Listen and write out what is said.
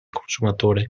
consumatore